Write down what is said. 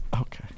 Okay